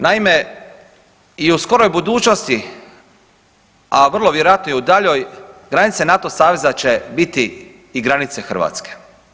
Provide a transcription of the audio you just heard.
Naime i u skoroj budućnosti, a vrlo vjerojatno i u daljoj granice NATO saveza će biti i granice Hrvatske.